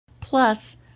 Plus